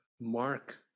mark